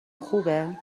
خوبه